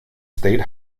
state